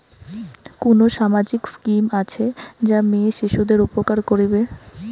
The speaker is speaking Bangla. কুন সামাজিক স্কিম আছে যা মেয়ে শিশুদের উপকার করিবে?